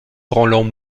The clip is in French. roland